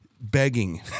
begging